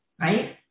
right